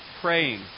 praying